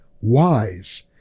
wise